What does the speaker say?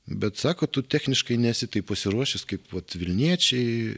bet sako tu techniškai nesi taip pasiruošęs kaip vat vilniečiai